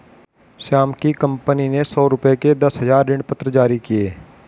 श्याम की कंपनी ने सौ रुपये के दस हजार ऋणपत्र जारी किए